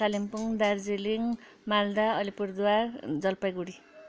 Kalimpong Darjeeling Malda Alipurduar Jalpaiguri